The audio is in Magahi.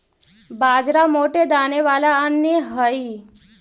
बाजरा मोटे दाने वाला अन्य हई